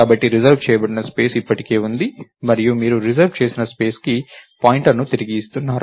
కాబట్టి రిజర్వ్ చేయబడిన స్పేస్ ఇప్పటికీ ఉంది మరియు మీరు రిజర్వ్ చేసిన స్పేస్ కి పాయింటర్ను తిరిగి ఇస్తున్నారు